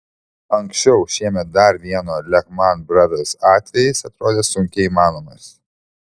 anksčiau šiemet dar vieno lehman brothers atvejis atrodė sunkiai įmanomas